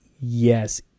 yes